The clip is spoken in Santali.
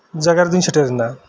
ᱡᱟᱭᱜᱟ ᱨᱮᱫᱚᱧ ᱥᱮᱴᱮᱨ ᱱᱟ